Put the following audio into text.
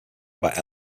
about